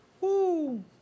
Woo